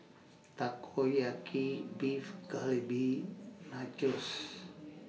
Takoyaki Beef Galbi Nachos